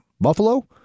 Buffalo